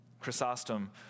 Chrysostom